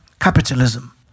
Capitalism